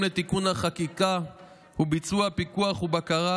לתיקון החקיקה וביצוע תיאום ובקרה,